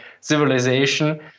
Civilization